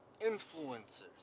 Influencers